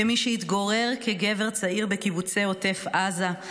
כמי שהתגורר כגבר צעיר בקיבוצי עוטף עזה,